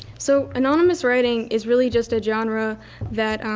so, anonymous writing is really just a genre that